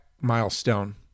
milestone